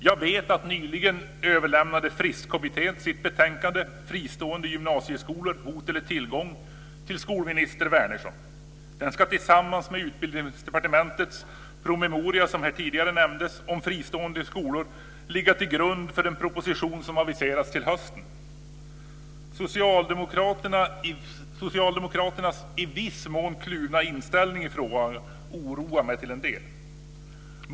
Jag vet att Fristkommittén nyligen överlämnade sitt betänkande Fristående gymnasieskolor - hot eller tillgång till skolminister Wärnersson. Den ska tillsammans med Utbildningsdepartementets promemoria om fristående skolor, som nämndes tidigare, ligga till grund för en proposition som aviserats till hösten. Socialdemokraternas i viss mån kluvna inställning i frågan oroar mig till en del.